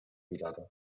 pidada